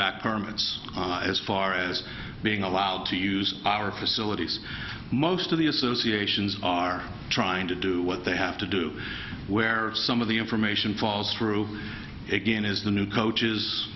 back permits as far as being allowed to use our facilities most of the associations are trying to do what they have to do where some of the information falls through again is the new coaches